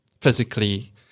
physically